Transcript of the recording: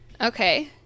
Okay